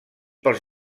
pels